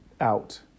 out